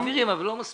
מעבירים אבל לא מספיק.